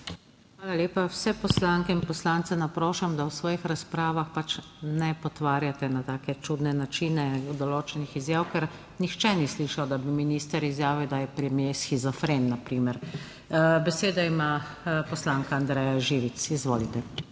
Hvala lepa. Vse poslanke in poslance naprošam, da v svojih razpravah pač ne potvarjate na take čudne načine določenih izjav, ker nihče ni slišal, da bi minister izjavil, da je premier shizofren, na primer. Besedo ima poslanka Andreja Živic, Izvolite.